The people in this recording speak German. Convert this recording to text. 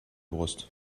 brust